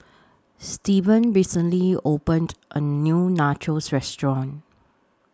Steven recently opened A New Nachos Restaurant